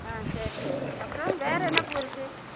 ஆ சரி சரி அப்புறம் வேறு என்ன பூ இருக்கு